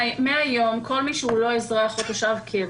מהיום כל מי שהוא לא אזרח או תושב קבע